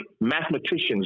mathematicians